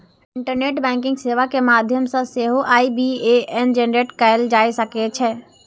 internet banking सेवा के माध्यम सं सेहो आई.बी.ए.एन जेनरेट कैल जा सकै छै